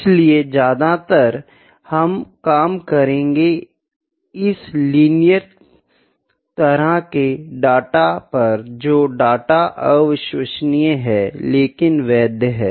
इसलिए ज्यादातर हम काम करेंगे इस तरह के डेटा पर जो डेटा अविश्वसनीय है लेकिन वैध है